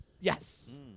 Yes